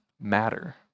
matter